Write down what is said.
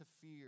fear